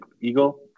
Eagle